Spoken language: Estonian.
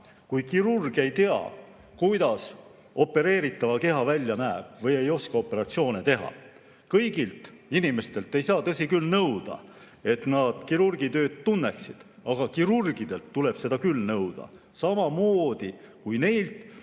kui kirurg ei tea, kuidas opereeritava keha välja näeb, või ei oska operatsioone teha. Kõigilt inimestelt ei saa, tõsi küll, nõuda, et nad kirurgitööd tunneksid, aga kirurgidelt tuleb seda küll nõuda. Samamoodi tuleb neilt,